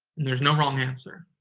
there's no wrong answer.